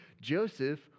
Joseph